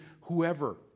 whoever